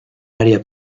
área